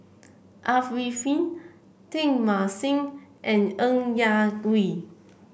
Arifin Teng Mah Seng and Ng Yak Whee